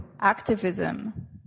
activism